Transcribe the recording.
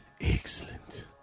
Excellent